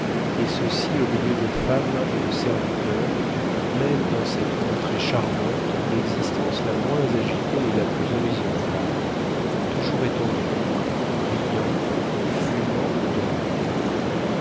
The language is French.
et ceux-ci au milieu de femmes et de serviteurs mènent dans cette contrée charmante l'existence la moins agitée et la plus horizontale toujours étendus riant fumant ou dormant